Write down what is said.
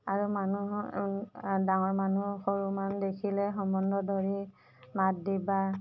আৰু মানুহৰ ডাঙৰ মানুহ সৰু মানুহ দেখিলে সম্বন্ধ ধৰি মাত দিবা